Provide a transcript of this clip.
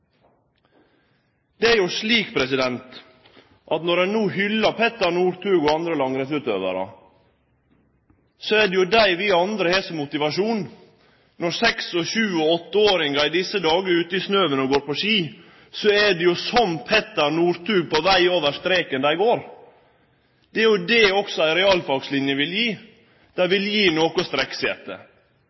Når ein hyllar Petter Northug og andre langrennsutøvarar, er det jo dei vi andre har som motivasjon. Når seks-, sju- og åtteåringar i desse dagar er ute i snøen og går på ski, er det jo som Petter Northug på veg over streken dei går. Det er jo det også ei realfagline vil gje – noko å strekkje seg etter. Då vil